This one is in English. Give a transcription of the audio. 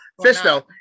Fisto